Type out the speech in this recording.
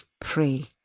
pray